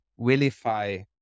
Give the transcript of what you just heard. willify